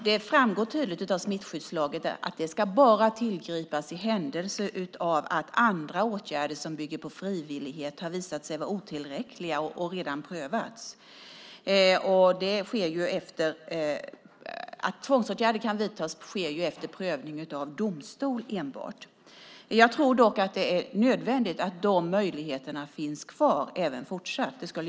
Det framgår tydligt av smittskyddslagen att det bara ska tillgripas i händelse av att andra åtgärder som bygger på frivillighet har visat sig vara otillräckliga och redan prövats. Tvångsåtgärder kan vidtas enbart efter prövning av domstol. Jag tror att det är nödvändigt att de möjligheterna fortsatt finns kvar.